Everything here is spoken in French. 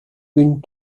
une